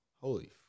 Holy